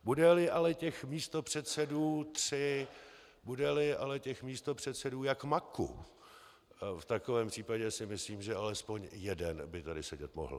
Budeli ale těch místopředsedů tři, budeli ale těch místopředsedů jak máku, v takovém případě si myslím, že alespoň jeden by tady sedět mohl.